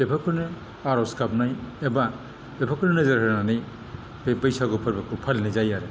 बेफोरखौनो आर'ज गाबनाय एबा बेफोरखौनो नोजोर होनानै बे बैसागु फोरबोखौ फालिनाय जायो आरो